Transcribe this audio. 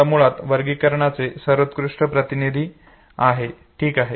आता नमुना हे या वर्गीकरणाचे सर्वोत्कृष्ट प्रतिनिधी आहेत ठीक आहे